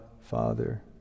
Father